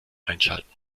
einschalten